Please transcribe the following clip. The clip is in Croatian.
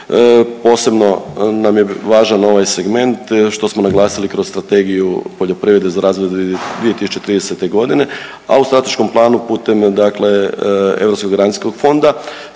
posebno nam je važan ovaj segment što smo naglasili kroz Strategiju poljoprivrede za razdoblje do 2030.g., a u strateškom planu putem dakle Europskog garancijskog fonda